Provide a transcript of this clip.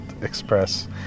express